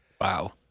Wow